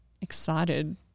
excited